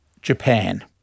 Japan